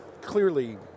clearly